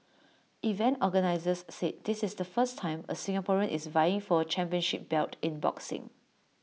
event organisers said this is the first time A Singaporean is vying for A championship belt in boxing